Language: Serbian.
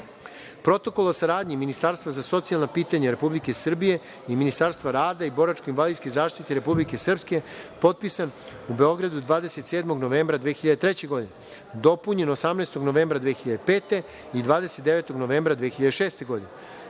Protokol o saradnji Ministarstva za socijalna pitanja Republike Srbije i Ministarstva rada i boračko-invalidske zaštite Republike Srpske potpisanim u Beogradu 27. novembra 2003. godine, dopunjen 18. novembra 2005. i 29. novembra 2006. godine. Članom